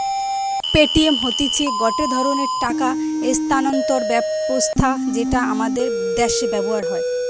Paytm হতিছে গটে ধরণের টাকা স্থানান্তর ব্যবস্থা যেটা আমাদের দ্যাশে ব্যবহার হয়